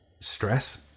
stress